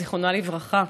זיכרונה לברכה.